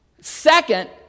second